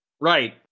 Right